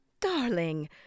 Darling